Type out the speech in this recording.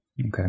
Okay